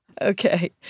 Okay